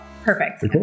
Perfect